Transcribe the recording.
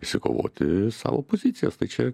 išsikovoti savo pozicijas tai čia